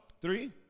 three